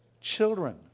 Children